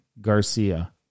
Garcia